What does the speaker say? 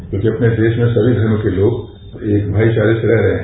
क्योंकि अपने देश में सभी धर्मों के लोग एक भाईचारे से रह रहे हैं